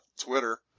Twitter